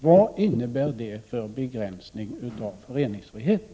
Vad innebär det för begränsning av föreningsfriheten?